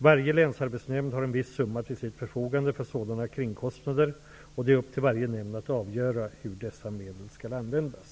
Varje länsarbetsnämnd har en viss summa till sitt förfogande för sådana kringkostnader, och det är upp till varje nämnd att avgöra hur dessa medel skall användas.